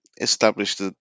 established